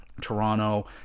Toronto